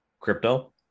crypto